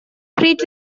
pryd